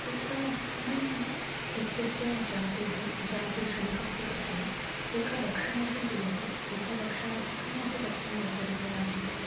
तत्र पूडल् इत्यस्य जातेः जातिः शुनकस्य कृते एकलक्षमपि दीयते एकलक्षाधिकमपि दत्तं वर्तते कदाचित्